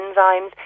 enzymes